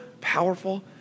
powerful